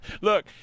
look